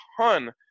ton